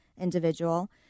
individual